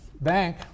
bank